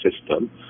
system